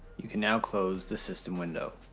you can now close the system window.